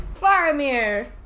Faramir